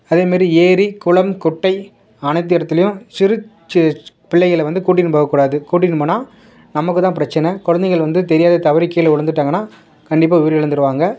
அதேமாதிரி ஏரி குளம் குட்டை அனைத்து இடத்துலையும் சிறு சி பிள்ளைகளை வந்து கூட்டின்னு போகக்கூடாது கூட்டின்னுப்போனால் நமக்கு தான் பிரச்சின கொழந்தைகள் வந்து தெரியாது தவறி கீழே விழுந்துட்டாங்கன்னா கண்டிப்பாக உயிர் இழந்துடுவாங்க